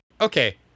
Okay